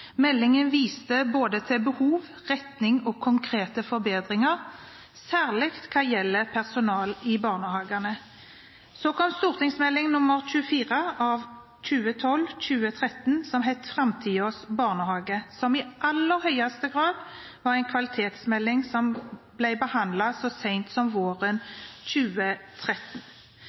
Meldingen viste til både behov, retning og konkrete forbedringer, særlig hva gjelder personalet i barnehagene. Så kom Meld. St. 24 for 2012–2013, som het «Framtidens barnehage», som i aller høyeste grad var en kvalitetsmelding, og som ble behandlet så sent som våren 2013.